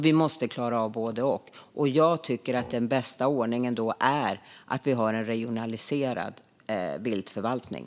Vi måste klara av både och. Då tycker jag att den bästa ordningen är att vi har en regionaliserad viltförvaltning.